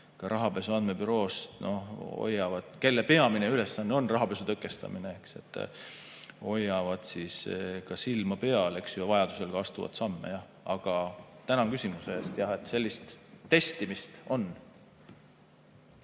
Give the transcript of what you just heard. Rahapesu Andmebüroos, kelle peamine ülesanne on rahapesu tõkestamine, hoiavad sellel silma peal ja vajadusel ka astuvad samme. Aga tänan küsimuse eest. Sellist testimist on.